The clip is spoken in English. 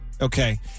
Okay